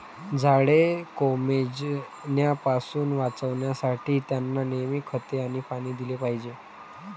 झाडे कोमेजण्यापासून वाचवण्यासाठी, त्यांना नेहमी खते आणि पाणी दिले पाहिजे